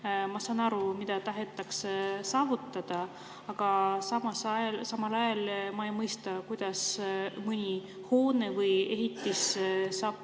Ma saan aru, mida tahetakse saavutada, aga samal ajal ma ei mõista, kuidas mõni hoone või ehitis saab